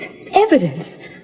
Evidence